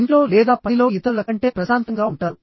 ఇంట్లో లేదా పనిలో ఇతరుల కంటే ప్రశాంతంగా ఉంటారు